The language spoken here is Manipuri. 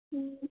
ꯎꯝ